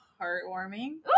heartwarming